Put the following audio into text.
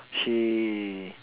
she